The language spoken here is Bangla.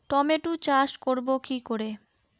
টমেটো চাষ করব কি করে?